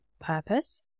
purpose